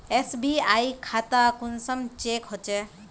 SBI खाता कुंसम check होचे?